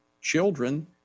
children –